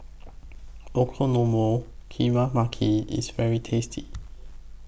Okonomiyaki IS very tasty